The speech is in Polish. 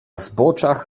zboczach